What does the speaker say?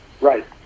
Right